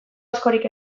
askorik